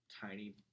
tiny